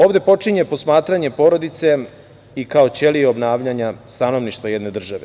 Ovde počinje posmatranje porodice i kao ćelije obnavljanja stanovništva jedne države.